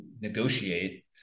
negotiate